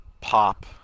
pop